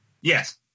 Yes